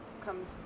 comes